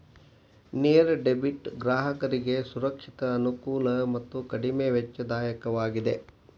ನೇರ ಡೆಬಿಟ್ ಗ್ರಾಹಕರಿಗೆ ಸುರಕ್ಷಿತ, ಅನುಕೂಲಕರ ಮತ್ತು ಕಡಿಮೆ ವೆಚ್ಚದಾಯಕವಾಗಿದೆ